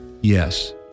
Yes